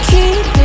Keep